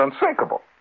unsinkable